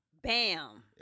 Bam